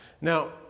Now